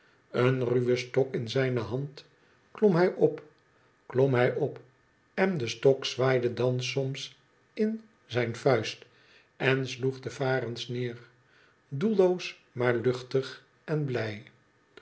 een ruwe stok in zijne hand klom hij op klom hij op en de stok zwaaide dan soms in zijn vuist en sloeg de varens neer doelloos maar luchtig en blij